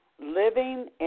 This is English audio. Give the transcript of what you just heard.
living